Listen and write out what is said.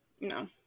No